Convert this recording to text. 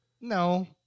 No